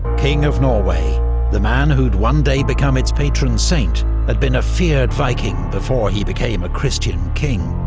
king of norway the man who'd one day become its patron saint had been a feared viking before he became a christian king.